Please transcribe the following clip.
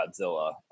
Godzilla